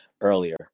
earlier